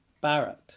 Barrett